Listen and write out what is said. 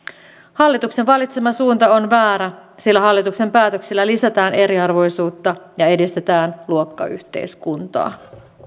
hallituksen valitsema suunta on väärä sillä hallituksen päätöksillä lisätään eriarvoisuutta ja edistetään luokkayhteiskuntaa